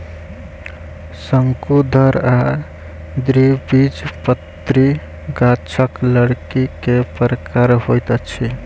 शंकुधर आ द्विबीजपत्री गाछक लकड़ी के प्रकार होइत अछि